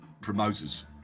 promoters